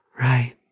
right